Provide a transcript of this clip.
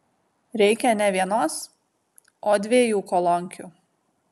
reikia ne vienos o dviejų kolonkių